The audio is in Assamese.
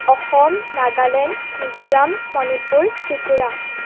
অসম নাগালেণ্ড মিজোৰাম মণিপুৰ ত্ৰিপুৰা